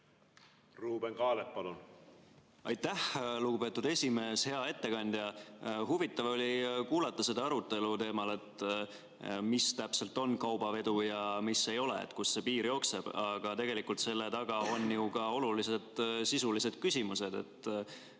Aitäh, lugupeetud esimees! Hea ettekandja! Huvitav oli kuulata seda arutelu teemal, mis täpselt on kaubavedu ja mis ei ole, kust see piir jookseb. Aga tegelikult on selle taga ju ka olulised sisulised küsimused.